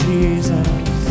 Jesus